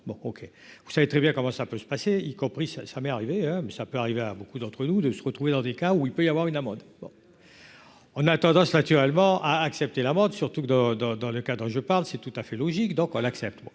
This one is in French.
bon, OK, vous savez très bien comment ça peut se passer, y compris, ça m'est arrivé, mais ça peut arriver à beaucoup d'entre nous de se retrouver dans des cas où il peut y avoir une amende, bon, on a tendance naturellement à accepter la mode surtout que dans, dans, dans le cadre, et je parle, c'est tout à fait logique donc, on l'accepte,